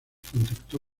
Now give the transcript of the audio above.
contactó